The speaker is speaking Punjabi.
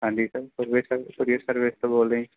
ਹਾਂਜੀ ਸਰ ਕੋਰੀਅਰ ਸਰਵਿਸ ਤੋਂ ਬੋਲ ਰਹੇ ਜੀ